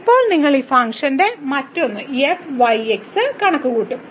ഇപ്പോൾ നിങ്ങൾ ഈ ഫംഗ്ഷന്റെ മറ്റൊന്ന് f yx കണക്കുകൂട്ടും